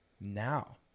now